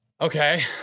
Okay